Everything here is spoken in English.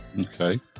Okay